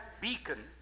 Beacon